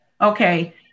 Okay